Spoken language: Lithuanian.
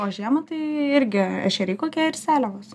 o žiemą tai irgi ešeriai kokie ir seliavos